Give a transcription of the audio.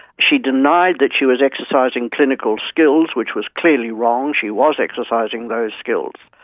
she denied that she was exercising clinical skills, which was clearly wrong, she was exercising those skills.